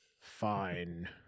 fine